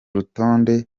rutonde